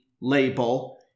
label